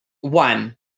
One